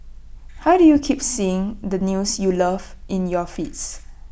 how do you keep seeing the news you love in your feeds